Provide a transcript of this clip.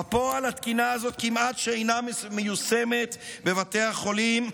בפועל התקינה הזאת כמעט אינה מיושמת בבתי החולים,